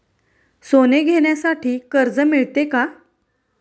सोने घेण्यासाठी कर्ज मिळते का?